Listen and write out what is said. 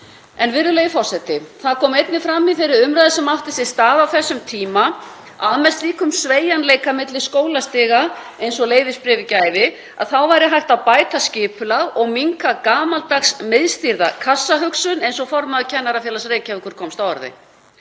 Virðulegi forseti. Það kom einnig fram í þeirri umræðu sem átti sér stað á þessum tíma að með sveigjanleika milli skólastiga, eins og leyfisbréfið gæfi, væri hægt að bæta skipulag og minnka gamaldags miðstýrða kassahugsun, eins og formaður Kennarafélags Reykjavíkur komst að orði,